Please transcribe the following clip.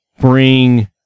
bring